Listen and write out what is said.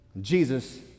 Jesus